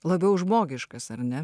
labiau žmogiškas ar ne